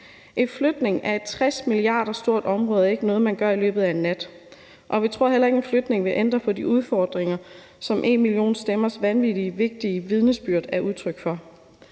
En flytning af et område, der koster 60 mia. kr., er ikke noget, man gør i løbet af en nat, og vi tror heller ikke, at en flytning vil ændre på de udfordringer, som #enmillionstemmers vanvittig vigtige vidnesbyrd er et udtryk for.